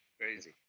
crazy